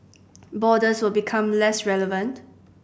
borders will become less relevant